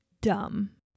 dumb